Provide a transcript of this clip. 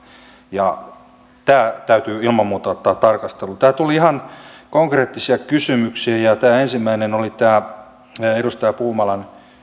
ja tämä täytyy ilman muuta ottaa tarkasteluun täällä tuli ihan konkreettisia kysymyksiä ja ensimmäinen oli tämä edustaja puumalan